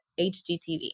HGTV